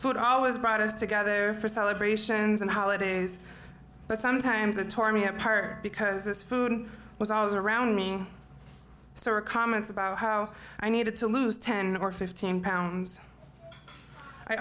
put always brought us together for celebrations and holidays but sometimes it tore me apart because this food was always around me so were comments about how i needed to lose ten or fifteen pounds i